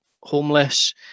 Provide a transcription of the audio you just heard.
homeless